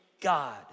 God